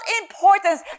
importance